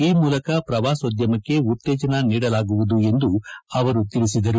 ಈ ಮೂಲಕ ಪ್ರವಾಸೋದ್ಯಮಕ್ಷೆ ಉತ್ತೇಜನ ನೀಡಲಾಗುವುದು ಎಂದು ಅವರು ತಿಳಿಸಿದರು